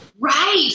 Right